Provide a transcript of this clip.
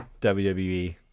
WWE